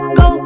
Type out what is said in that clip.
go